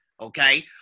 okay